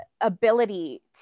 ability